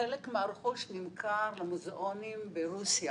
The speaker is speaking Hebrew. שחלק מהרכוש נמכר למוזיאונים ברוסיה